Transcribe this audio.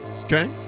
Okay